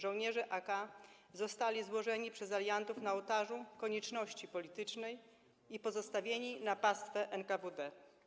Żołnierze AK zostali złożeni przez aliantów na ołtarzu konieczności politycznej i pozostawieni na pastwę NKWD.